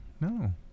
No